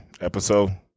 episode